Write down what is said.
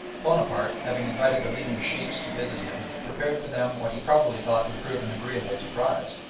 bonaparte, having invited the leading sheikhs to visit him, prepared for them what he probably thought would prove an agreeable surprise.